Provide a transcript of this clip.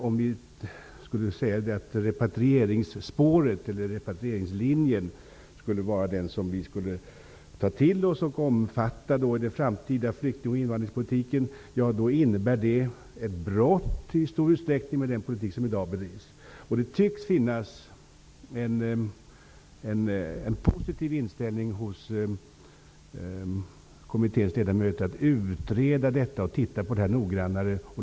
Om vi skulle ta till oss och omfatta repatrieringslinjen i den framtida flyktingoch invandrarpolitiken innebär det i stor utsträckning ett brott med den politik som bedrivs i dag. Det tycks finnas en positiv inställning hos kommitténs ledamöter till att utreda detta och titta på det noggrannare.